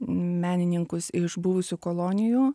menininkus iš buvusių kolonijų